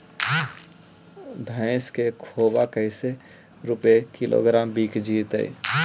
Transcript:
भैस के खोबा कैसे रूपये किलोग्राम बिक जइतै?